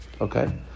Okay